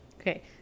Okay